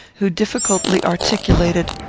who difficultly articulated,